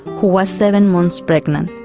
who was seven months pregnant,